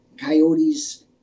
Coyotes